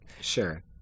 Sure